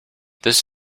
this